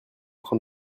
train